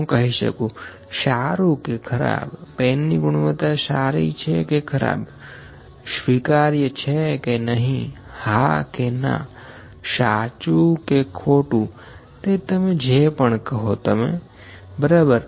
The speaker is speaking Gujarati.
હું કહી શકું સારું કે ખરાબ પેન ની ગુણવત્તા સારી છે કે ખરાબ સ્વીકાર્ય છે કે નહિ હા કે ના સાચું કે ખોટું તે જે પણ કહો તમે બરાબર